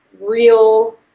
real